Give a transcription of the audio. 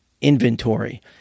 inventory